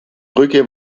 brücke